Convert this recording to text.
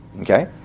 Okay